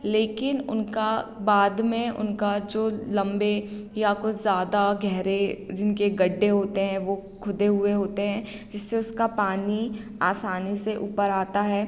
लेकिन उनका बाद में उनका जो लंबे या कुछ ज़्यादा गहरे जिनके गड्ढे होते हैं वो खुदे हुए होते हैं जिससे उसका पानी आसानी से ऊपर आता है